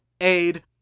aid